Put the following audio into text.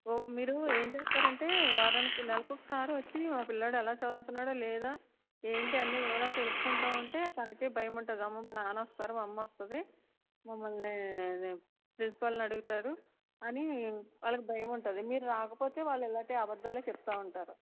మీరు ఏం చేస్తారంటే వారానికి నెలకి ఒకసారి వచ్చి మా పిల్లాడు ఎలా చదువుతున్నాడా లేదా ఏంటి అన్ని వివరాలు తెలుసుకుంటు ఉంటే తనకీ భయం ఉంటుంది అమ్మో మా నాన్న వస్తారు మా అమ్మ వస్తుంది మమ్మల్ని ప్రిన్సిపాల్ని అడుగుతాడు అని వాళ్ళకీ భయముంటుంది మీరు రాకపోతే వాళ్ళు అలాగే అబద్ధాలు చెప్తూ ఉంటారు